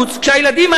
כשהילדים האלה,